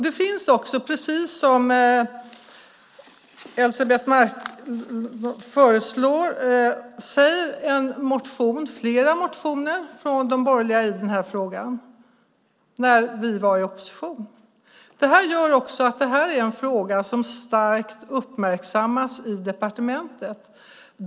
Det finns också, precis som Elisebeht Markström säger, flera motioner från de borgerliga i den här frågan som vi skrev när vi var i opposition. Det här är en fråga som starkt uppmärksammats i departementet.